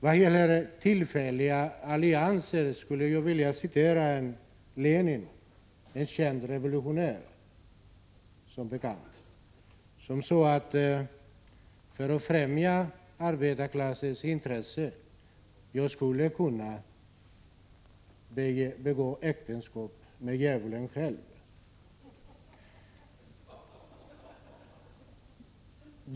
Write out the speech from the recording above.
Vad gäller tillfälliga allianser skulle jag vilja citera Lenin, en känd revolutionär som bekant. Han sade: För att främja arbetarklassens intressen skulle jag kunna ingå äktenskap med djävulen själv.